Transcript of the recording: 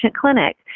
clinic